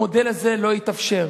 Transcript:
המודל הזה לא יתאפשר.